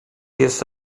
jest